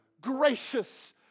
gracious